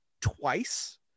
twice